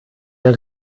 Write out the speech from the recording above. der